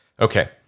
Okay